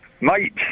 Mate